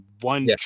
one